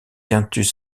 quintus